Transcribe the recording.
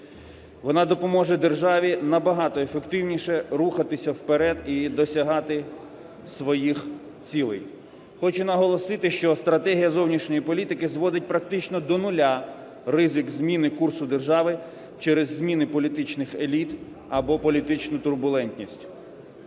вона допоможе державі набагато ефективніше рухатися вперед і досягати своїх цілей. Хочу наголосити, що стратегія зовнішньої політики зводить практично до нуля ризик зміни курсу держави через зміни політичних еліт або політичну турбулентність.